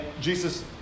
Jesus